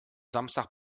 samstag